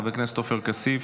חבר הכנסת עופר כסיף,